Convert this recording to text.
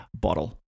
bottle